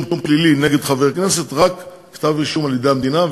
פלילי נגד חבר הכנסת רק בכתב-אישום על-ידי המדינה,